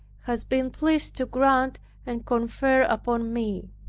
has been pleased to grant and confer upon me.